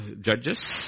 judges